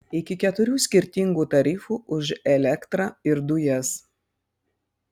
iki keturių skirtingų tarifų už elektrą ir dujas